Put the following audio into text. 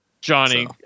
Johnny